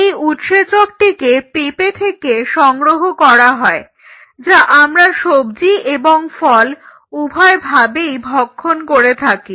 এই উৎসেচকটিকে পেঁপে থেকে সংগ্রহ করা হয় যা আমরা সবজি এবং ফল উভয়ভাবেই ভক্ষণ করে থাকি